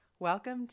Welcome